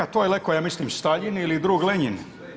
To je rekao ja mislim, Staljin ili drug Ljenjin.